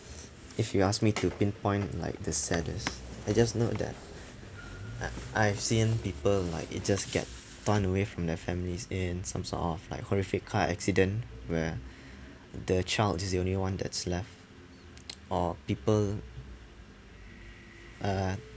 if you ask me to pinpoint like the saddest I just know that I I've seen people like it just get torn away from their families in some sort of like horrific car accident where the child is the only [one] that's left or people uh